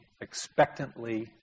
expectantly